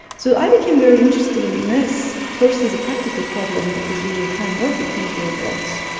so i became very interested in this first as a practical problem because we were trying to work with these robots.